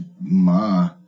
ma